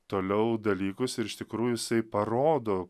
toliau dalykus ir iš tikrų jisai parodo